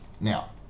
Now